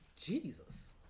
Jesus